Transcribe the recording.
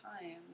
time